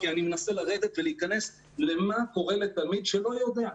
כי אני מנסה לרדת ולהיכנס למה הורה לתלמיד שלא יודע.